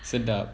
sedap